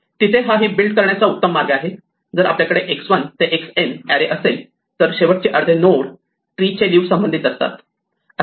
तिथे हा heap build करण्याचा उत्तम मार्ग आहे जर आपल्याकडे x1 ते xn एरे असेल तर शेवटचे अर्धे नोड ट्री चे लिव्ह संबंधित असतात